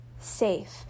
safe